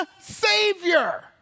Savior